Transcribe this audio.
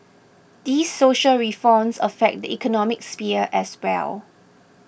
these social reforms affect the economic sphere as well